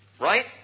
Right